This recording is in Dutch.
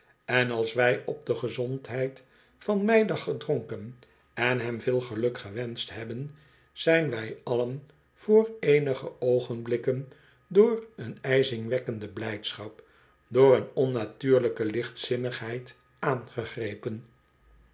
en als wij op de gezondheid van meidag gedronken en hem veel geluk gewenscht hebben zijn wij allen voor eenige oogenblikken door een ijzingwekkende blijdschap door een onnatuurlijke lichtzinnigheid aangegrepen